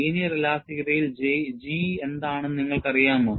linear ഇലാസ്തികതയിൽ G എന്താണ് എന്ന് നിങ്ങൾക്കറിയാമോ